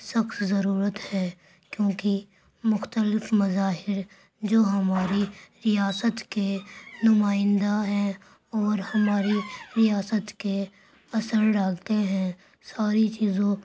سخت ضرورت ہے کیونکہ مختلف مظاہر جو ہماری ریاست کے نمائندہ ہیں اور ہمارے ریاست کے اثر ڈالتے ہیں ساری چیزوں